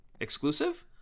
exclusive